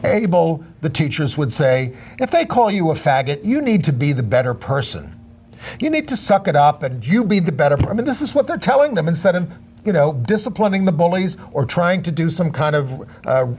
l the teachers would say if they call you a faggot you need to be the better person you need to suck it up and you be the better for i mean this is what they're telling them instead of you know disciplining the bullies or trying to do some kind of